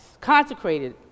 consecrated